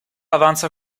avanza